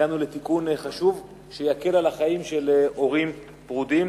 הגענו לתיקון חשוב שיקל על החיים של הורים פרודים.